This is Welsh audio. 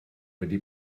wedi